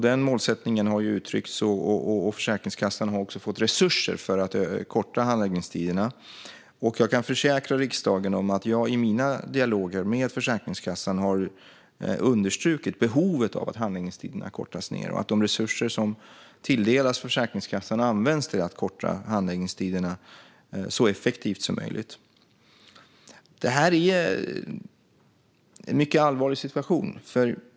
Denna målsättning har uttryckts, och Försäkringskassan har fått resurser för att korta handläggningstiderna. Jag kan försäkra riksdagen att jag i mina dialoger med Försäkringskassan har understrukit behovet av att korta ned handläggningstiderna och att de resurser som tilldelas Försäkringskassan ska användas till att korta handläggningstiderna så effektivt som möjligt. Det är en mycket allvarlig situation.